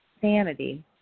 sanity